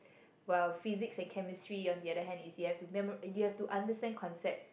while physics and chemistry on the other hand is you have to memorise you have to understand concepts